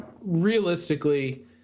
realistically